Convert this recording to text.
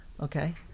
Okay